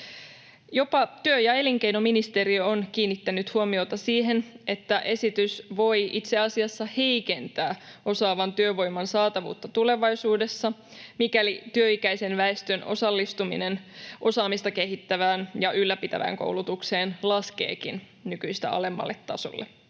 Jopa työ- ja elinkeinoministeriö on kiinnittänyt huomiota siihen, että esitys voi itse asiassa heikentää osaavan työvoiman saatavuutta tulevaisuudessa, mikäli työikäisen väestön osallistuminen osaamista kehittävään ja ylläpitävään koulutukseen laskeekin nykyistä alemmalle tasolle.